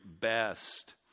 best